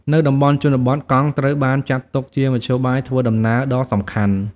នៅតំបន់ជនបទ កង់ត្រូវបានចាត់ទុកជាមធ្យោបាយធ្វើដំណើរដ៏សំខាន់។